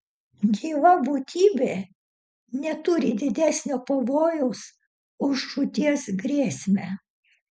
gyva būtybė neturi didesnio pavojaus už žūties grėsmę